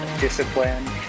discipline